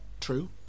true